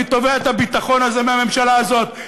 אני תובע את הביטחון הזה מהממשלה הזאת,